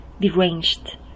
deranged